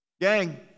Gang